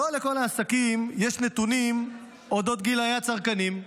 לא לכל העסקים יש נתונים על אודות גילי הצרכנים,